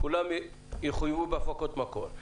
כולם יחויבו בהפקות מקור.